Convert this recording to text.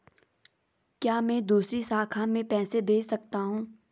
क्या मैं दूसरी शाखा में पैसे भेज सकता हूँ?